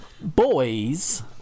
Boys